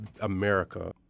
america